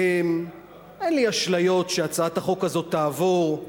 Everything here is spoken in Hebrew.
אין לי אשליות שהצעת החוק הזאת תעבור.